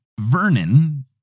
Vernon